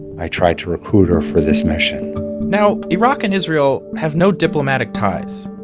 i tried to recruit her for this mission now iraq and israel have no diplomatic ties.